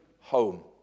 home